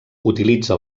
utilitza